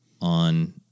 on